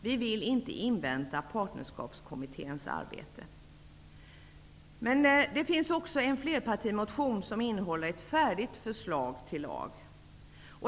Vi vill inte invänta Men det finns också en flerpartimotion som innehåller ett färdigt förslag till lag.